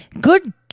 Good